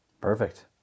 Perfect